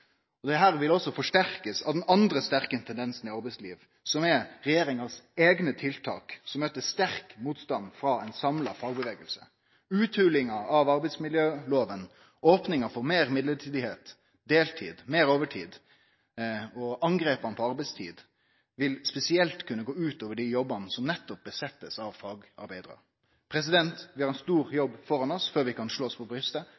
vil også bli forsterka av den andre sterke tendensen i arbeidslivet, som er regjeringas eigne tiltak, som møtte sterk motstand frå ein samla fagbevegelse. Utholinga av arbeidsmiljølova, opninga for meir bruk av mellombelse stillingar, meir deltid, meir overtid og angrepa på arbeidstid vil spesielt kunne gå ut over dei jobbane der nettopp fagarbeidarar er tilsette. Vi har ein stor